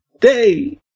day